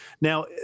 Now